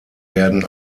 werden